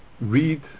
read